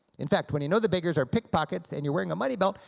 in fact, when you know the beggars are pickpockets and you're wearing a money belt,